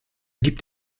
gibt